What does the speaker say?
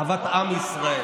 אהבת עם ישראל.